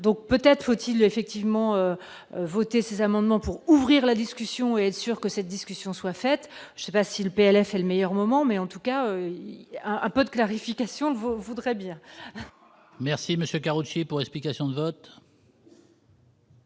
donc peut-être faut-il y a effectivement voté ces amendements pour ouvrir la discussion et assure que cette discussion soient faites, je sais pas si le PLR c'est le meilleur moment, mais en tout cas un peu de clarification de vos voudrait bien. Merci monsieur Karoutchi pour explication de vote.